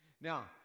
Now